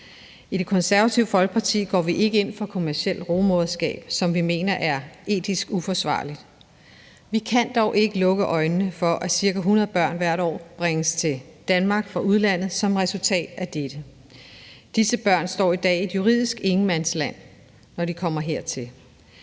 I Det Konservative Folkeparti går vi ikke ind for kommercielt rugemoderskab, som vi mener er etisk uforsvarligt. Vi kan dog ikke lukke øjnene for, at ca. 100 børn hvert år bringes til Danmark fra udlandet som resultat af dette. Disse børn står i dag i et juridisk ingenmandsland, når de kommer hertil.